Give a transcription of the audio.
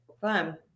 Fun